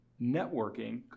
networking